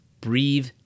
breathe